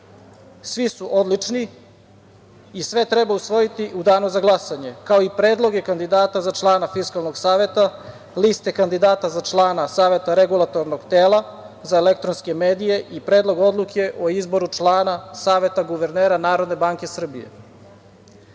svi su odlični i sve treba usvojiti u danu za glasanje, kao i predloge kandidata za člana Fiskalnog saveta, liste kandidata za člana Saveta regulatornog tela za elektronske medije i Predlog odluke o izboru člana Saveta guvernera Narodne banke